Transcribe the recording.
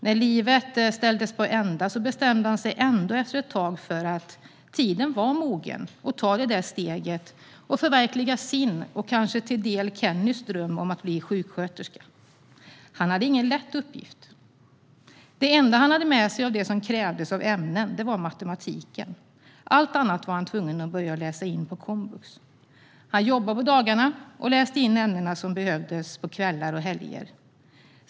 När livet ställdes på ända bestämde han sig ändå efter ett tag för att tiden var mogen att ta det där steget och förverkliga sin, och kanske till del Kennys, dröm om att bli sjuksköterska. Han hade ingen lätt uppgift. Det enda han hade med sig av det som krävdes av ämnen var matematiken. Allt annat var han tvungen att läsa in på komvux. Han jobbade på dagarna och läste in ämnena som behövdes på kvällar och helger.